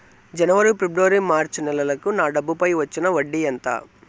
జనవరి, ఫిబ్రవరి, మార్చ్ నెలలకు నా డబ్బుపై వచ్చిన వడ్డీ ఎంత